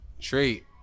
Treat